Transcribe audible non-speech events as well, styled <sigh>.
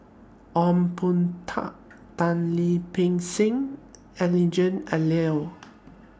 Ong Boon Tat Tan Lip Ping Seng <unintelligible>